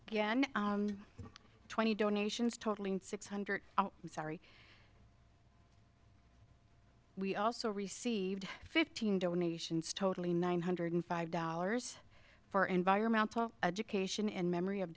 again twenty donations totalling six hundred sorry we also received fifteen donations totally nine hundred five dollars for environmental education in memory of